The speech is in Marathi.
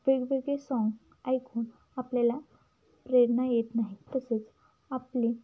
वेगवेगळे साँग ऐकून आपल्याला प्रेरणा येत नाही तसेच आपली